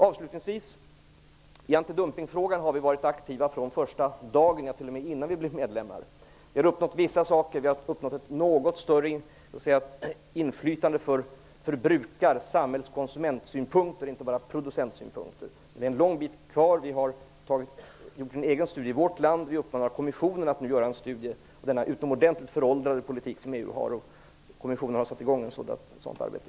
Avslutningsvis vill jag säga att vi i antidumpningsfrågan har varit aktiva från medlemskapets första dag, ja, t.o.m. innan vi blev medlemmar. Vi har uppnått vissa saker, bl.a. ett något större inflytande för förbrukar , samhälls och konsumentsynpunkter och inte bara för producentsynpunkter. Men det är en lång bit kvar. Vi har gjort en egen studie i vårt land, och vi har uppmanat kommissionen att göra en studie av den utomordentligt föråldrade politik EU har. Kommissionen har också satt i gång ett sådant arbete.